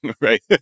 Right